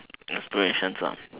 inspirations are